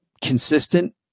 consistent